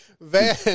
Van